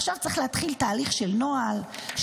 עכשיו צריך להתחיל תהליך של נוהל,